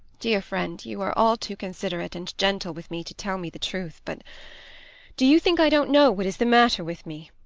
dear friend, you are all too considerate and gentle with me to tell me the truth but do you think i don't know what is the matter with me?